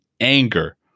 anger